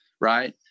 Right